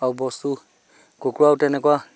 আৰু বস্তু কুকুৰাও তেনেকুৱা